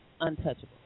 untouchable